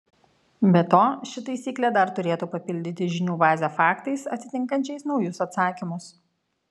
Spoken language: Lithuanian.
be to ši taisyklė dar turėtų papildyti žinių bazę faktais atitinkančiais naujus atsakymus